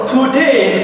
Today